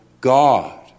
God